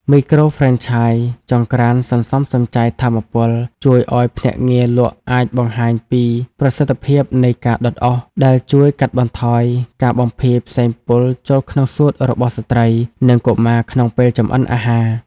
មីក្រូហ្វ្រេនឆាយចង្រ្កានសន្សំសំចៃថាមពល ជួយឱ្យភ្នាក់ងារលក់អាចបង្ហាញពីប្រសិទ្ធភាពនៃការដុតអុស ដែលជួយកាត់បន្ថយការបំភាយផ្សែងពុលចូលក្នុងសួតរបស់ស្ត្រី និងកុមារក្នុងពេលចម្អិនអាហារ។